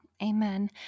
Amen